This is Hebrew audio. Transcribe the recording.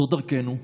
זו דרכנו,